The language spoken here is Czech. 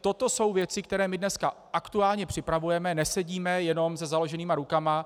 To jsou věci, které my dnes aktuálně připravujeme, nesedíme jenom se založenýma rukama.